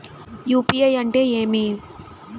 UPI అంటే ఏమి?